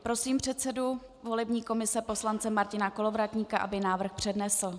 Prosím předsedu volební komise poslance Martina Kolovratníka, aby návrh přednesl.